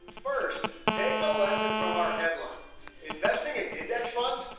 first take a lesson from our headline investing in index funds.